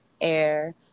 air